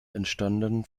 entstanden